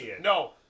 No